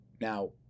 Now